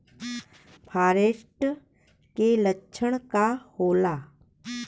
फारेस्ट के लक्षण का होला?